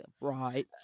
Right